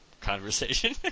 conversation